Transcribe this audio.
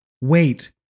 Wait